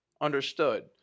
Understood